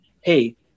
Hey